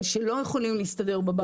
אבל שלא יכולים להסתדר.